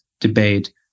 debate